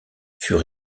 fut